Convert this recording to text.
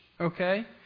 okay